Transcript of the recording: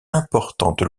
importante